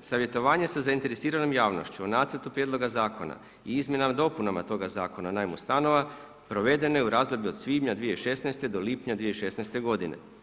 savjetovanje sa zainteresiranom javnošću u nacrtu prijedloga zakona i izmjenama i dopunama toga Zakona o najmu stanova, provedeno je u razdoblju od svibnja 2016. do lipnja 2016. godine.